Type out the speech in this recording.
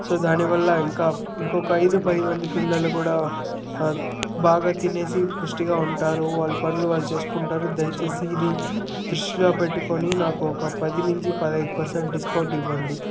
so దాని వల్ల ఇంకా ఇంకొక ఐదు పది మంది పిల్లలు కూడా బాగా తినేసి పుష్టిగా ఉంటారు వాళ్ళ పనులు వాళ్ళు చేసుకుంటారు దయచేసి ఇది దృష్టిలో పెట్టుకొని నాకు ఒక పది నుంచి పదహైదు పర్సెంట్ డిస్కౌంట్ ఇవ్వండి